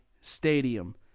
Stadium